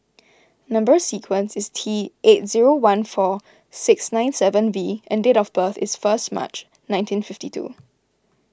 Number Sequence is T eight zero one four six nine seven V and date of birth is first March nineteen fifty two